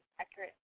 accurate